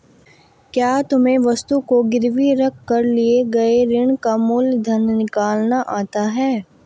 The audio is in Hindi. क्या तुम्हें वस्तु को गिरवी रख कर लिए गए ऋण का मूलधन निकालना आता है?